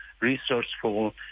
resourceful